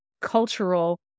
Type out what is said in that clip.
cultural